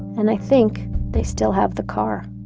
and i think they still have the car